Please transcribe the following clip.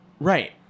Right